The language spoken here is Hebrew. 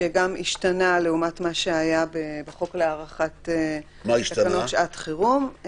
שגם השתנתה לעומת מה שהיה בחוק להארכת תקנות שעת חירום.